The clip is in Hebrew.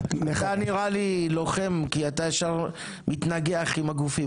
אתה נראה לך לוחם כי אתה ישר מתנגח עם הגופים.